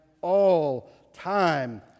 all-time